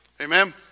amen